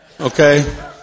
Okay